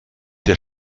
der